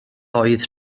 oedd